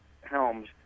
Helms